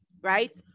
right